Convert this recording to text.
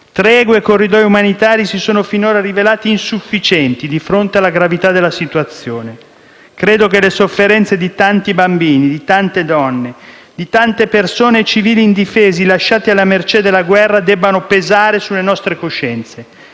Tregue e corridoi umanitari si sono finora rivelati insufficienti di fronte alla gravità della situazione. Credo che le sofferenze di tanti bambini, di tante donne, di tante persone civili indifese, lasciate alla mercé della guerra, debbano pesare sulle nostre coscienze